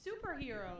Superheroes